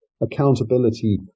accountability